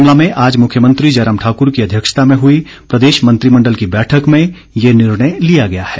शिमला में आज मुख्यमंत्री जयराम ठाकुर की अध्यक्षता में हुई प्रदेश मंत्रिमण्डल की बैठक में ये निर्णय लिया गया है